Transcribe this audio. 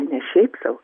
ne šiaip sau